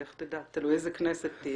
לך תדע איזו כנסת תהיה.